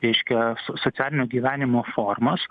reiškia so socialinio gyvenimo formas